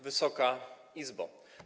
Wysoka Izbo!